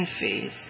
phase